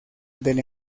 del